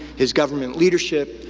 his government leadership,